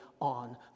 on